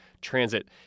Transit